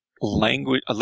language